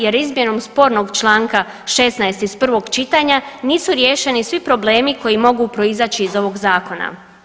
Jer izmjenom spornog članka 16. iz prvog čitanja nisu riješeni svi problemi koji mogu proizaći iz ovog Zakona.